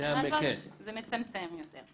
מהבחינה הזאת, זה מצמצם יותר.